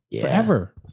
Forever